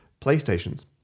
PlayStations